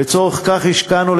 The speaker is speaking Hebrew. לצורך זה השקענו,